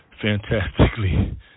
Fantastically